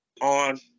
on